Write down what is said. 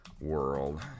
World